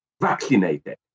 vaccinated